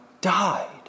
died